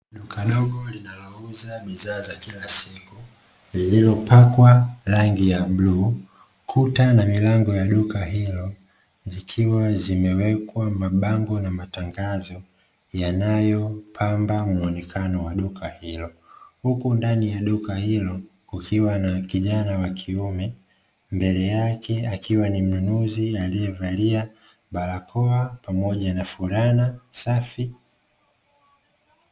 Duka dogo linalouza bidhaa za kila siku liilopakwa rangi ya bluu, kuta na milango ya duka hilo zikiwa zimewekwa mabango na matangazo yanayo pamba muonekano wa duka hilo, huku ndani ya duka hilo kukiwa na kijana wa kiume mbele yake akiwa ni mnunuzi alie valia barakoa pamoja na fulana safi.